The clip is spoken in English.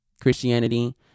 Christianity